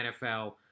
NFL